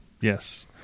Yes